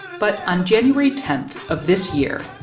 but on january ten of this year,